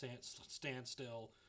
standstill